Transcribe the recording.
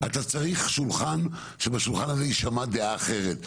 אתה צריך שולחן שבשולחן הזה תישמע דעה אחרת,